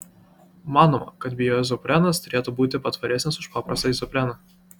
manoma kad bioizoprenas turėtų būti patvaresnis už paprastą izopreną